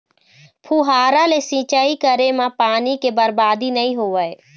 फुहारा ले सिंचई करे म पानी के बरबादी नइ होवय